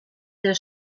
der